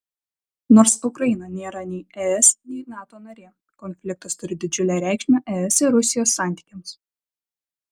nors ukraina nėra nei es nei nato narė konfliktas turi didžiulę reikšmę es ir rusijos santykiams